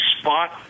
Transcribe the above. Spot